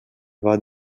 vot